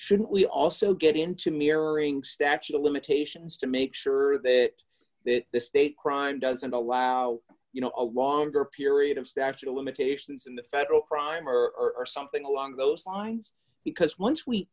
shouldn't we also get into mirroring statute of limitations to make sure that that the state crime doesn't allow you know a longer period of statute of limitations in the federal crime or something along those lines because once we